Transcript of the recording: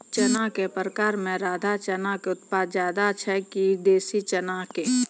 चना के प्रकार मे राधा चना के उत्पादन ज्यादा छै कि देसी चना के?